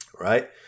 right